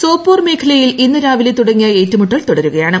സോപോർ മേഖലയിൽ ഇന്ന് രാവിലെ തുടങ്ങിയ ഏറ്റുമുട്ടൽ തുടരുകയാണ്